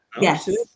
Yes